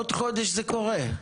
עוד חודש זה קורה.